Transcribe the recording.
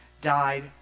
died